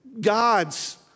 God's